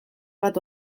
bat